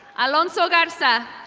alonso garca.